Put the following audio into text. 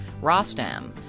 Rostam